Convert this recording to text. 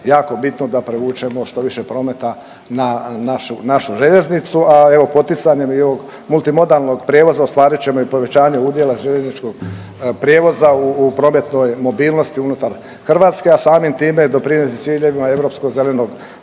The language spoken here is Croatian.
jako bitno da privučemo što više prometa na našu, našu željeznicu. A evo poticanjem i ovog multimodalnog prijevoza ostvarit ćemo i povećanje uvjeta željezničkog prijevoza u prometnoj mobilnosti unutar Hrvatske, a samim time doprinijeti ciljevima Europskog zelenog plana